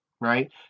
right